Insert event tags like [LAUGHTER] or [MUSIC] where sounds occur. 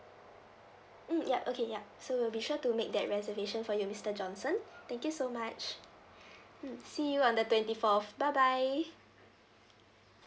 mm ya okay ya so we'll be sure to make that reservation for you mister johnson thank you so much [BREATH] mm see you on the twenty fourth bye bye